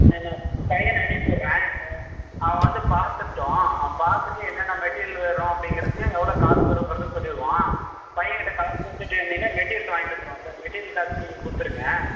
நான் வேணால் பையனை அனுப்பி விட்றேன் அவன் வந்து பார்த்துட்டும் அவன் பார்த்துட்டு என்னென்ன மெட்டீரியல் வரும் அப்படிங்கிறதையும் எவ்வளோ காசு வருங்கிறதும் சொல்லிடுவான் பையன்கிட்ட காசு கொடுத்துட்டு வந்தீங்கன்னால் மெட்டீரியல் வாங்கிட்டு வந்துடுவான் சார் மெட்டீரியல் காசு நீங்கள் கொடுத்துருங்க